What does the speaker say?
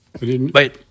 Wait